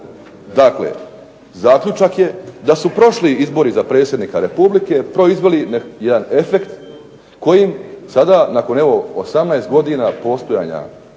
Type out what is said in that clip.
tako je. Zaključak je da su prošli izbori za predsjednika Republike proizveli jedan efekt kojim sada nakon evo 18 godina postojanja